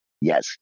Yes